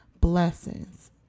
blessings